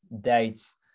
dates